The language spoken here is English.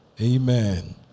amen